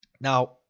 now